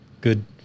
good